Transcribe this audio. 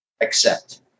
accept